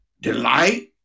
delight